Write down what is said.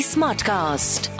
Smartcast